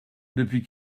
depuis